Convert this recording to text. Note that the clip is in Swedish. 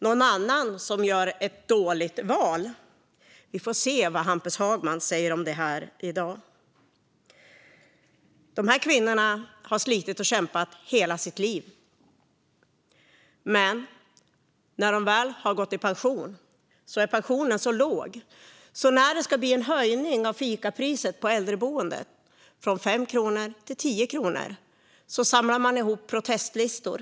Någon annan som gör ett dåligt val? Vi får höra vad Hampus Hagman säger om detta i dag. Dessa kvinnor har slitit och kämpat hela sitt liv, men när de väl går i pension är pensionen så låg att när fikapriset höjs på äldreboendets kafé från 5 till 10 kronor samlas det in namn på protestlistor.